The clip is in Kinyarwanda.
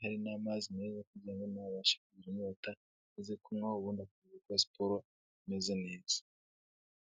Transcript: hari n'amazi meza kugira ngo nabasha kugira inyota aze kunywa ubundi akomeze gukora siporo ameze neza.